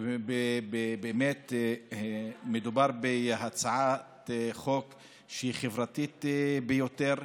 ובאמת, מדובר בהצעת חוק שהיא חברתית ביותר,